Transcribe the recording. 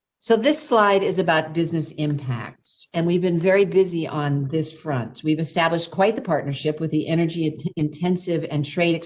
so, this slide is about business impacts and we've been very busy on this front. we've established quite the partnership with the energy intensive and trade,